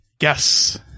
Yes